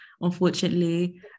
unfortunately